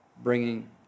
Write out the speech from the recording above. bringing